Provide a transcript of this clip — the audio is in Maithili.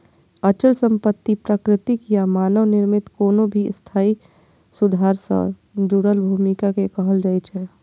अचल संपत्ति प्राकृतिक या मानव निर्मित कोनो भी स्थायी सुधार सं जुड़ल भूमि कें कहल जाइ छै